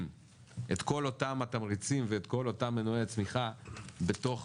את כל אותם התמריצים ואת כל אותם מנועי הצמיחה בתוך